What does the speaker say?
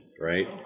right